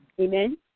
Amen